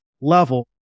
level